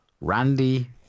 Randy